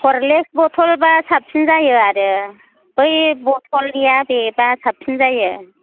Horlicks बथलबा साबसिन जायो आरो बै बथलनिया बेबा साबसिन जायो